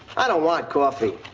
i don't want coffee.